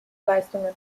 leistungen